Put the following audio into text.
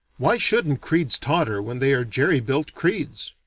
why shouldn't creeds totter when they are jerry-built creeds?